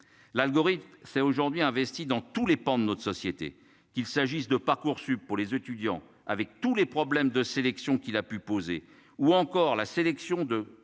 L'algorithme c'est aujourd'hui investi dans tous les pans de notre société, qu'il s'agisse de Parcoursup pour les étudiants, avec tous les problèmes de sélection qu'il a pu poser ou encore la sélection de